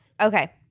Okay